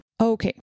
Okay